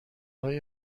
های